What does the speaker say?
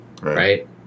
Right